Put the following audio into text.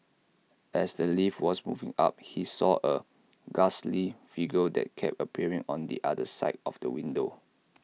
as the lift was moving up he saw A ghastly figure that kept appearing on the other side of the window